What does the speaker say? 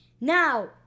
Now